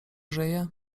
żyje